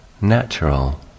natural